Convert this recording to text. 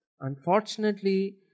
Unfortunately